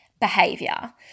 behavior